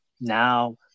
now